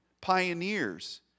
pioneers